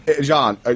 John